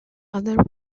other